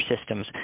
systems